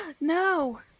No